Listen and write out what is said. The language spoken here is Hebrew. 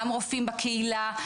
גם רופאים בקהילה,